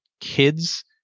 kids